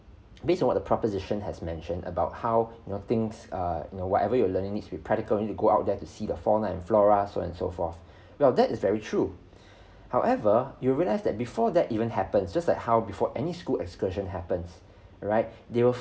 based on what the proposition has mentioned about how you know things uh you know whatever you're learning needs to be practical need to go out there to see the fauna and flora so and so forth well that is very true however you realize that before that even happens just like how before any school excursion happens right they will